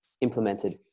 implemented